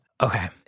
Okay